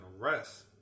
arrest